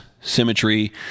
symmetry